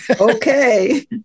Okay